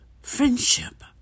friendship